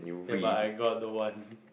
ya but I got the one